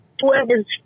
whoever's